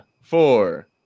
four